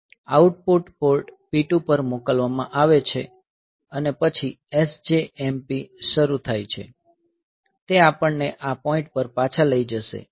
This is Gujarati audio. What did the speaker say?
આઉટપુટ પોર્ટ P2 પર મોકલવામાં આવે છે અને પછી SJMP શરૂ થાય છે તે આપણને આ પોઈન્ટ પર પાછા લઈ જશે